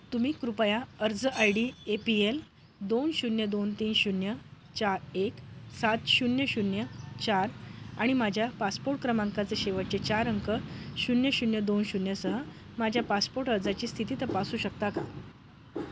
तुम्ही कृपया अर्ज I D A P L दोन शून्य दोन तीन शून्य चार एक सात शून्य शून्य चार आणि माझ्या पासपोर्ट क्रमांकाचे शेवटचे चार अंक शून्य शून्य दोन शून्य सह माझ्या पासपोर्ट अर्जाची स्थिती तपासू शकता का